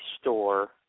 store